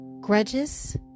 Grudges